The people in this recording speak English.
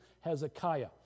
Hezekiah